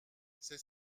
c’est